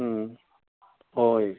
ꯎꯝ ꯍꯣꯏ